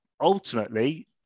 ultimately